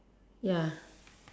ya